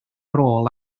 rôl